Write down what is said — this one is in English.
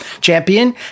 champion